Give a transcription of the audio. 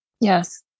Yes